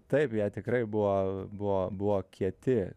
taip jie tikrai buvo buvo buvo kieti